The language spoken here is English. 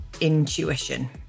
intuition